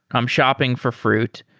i'm shopping for fruit.